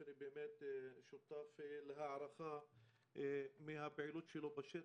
שאני שותף להערכה מהפעילות שלו בשטח,